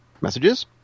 messages